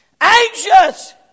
Anxious